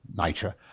nature